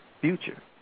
future